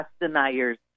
deniers